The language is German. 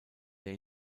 der